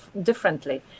differently